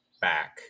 back